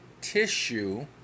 tissue